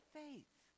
faith